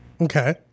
Okay